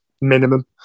minimum